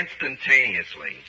instantaneously